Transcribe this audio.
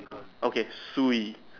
okay three